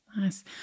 Nice